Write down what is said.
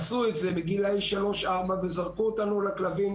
עשו את זה בגילי שלוש-ארבע וזרקו אותנו לכלבים,